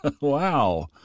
Wow